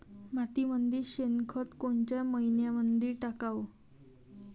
मातीमंदी शेणखत कोनच्या मइन्यामंधी टाकाव?